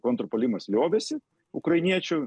kontrpuolimas liovėsi ukrainiečių